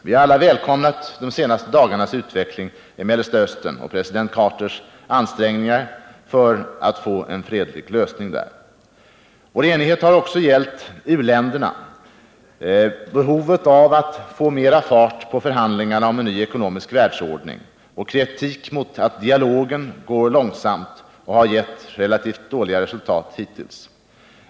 Vi har alla välkomnat de senaste dagarnas utveckling i Mellersta Östern och president Jimmy Carters ansträngningar för att få till stånd en fredlig lösning där. Vår enighet har också gällt u-länderna och behovet av att få mera fart på förhandlingarna om en ny ekonomisk världsordning. Vi är också eniga i vår kritik mot att dialogen gått långsamt och gett relativt dåliga resultat hittills.